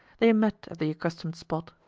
they met at the accustomed spot.